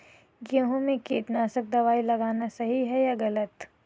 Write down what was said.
गेहूँ में कीटनाशक दबाई लगाना सही है या गलत?